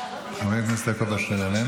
חבר הכנסת יעקב אשר,